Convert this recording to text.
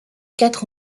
quatre